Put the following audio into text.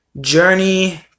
Journey